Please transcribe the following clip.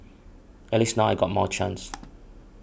at least now I got more chance